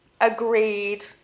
agreed